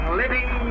living